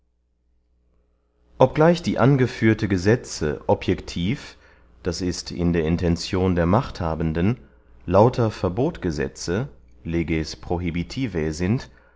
obgleich die angeführte gesetze objectiv d i in der intention der machthabenden lauter verbotgesetze